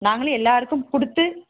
நாங்களும் எல்லாேருக்கும் கொடுத்து